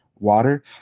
water